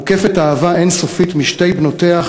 מוקפת אהבה אין-סופית משתי בנותיה,